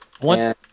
One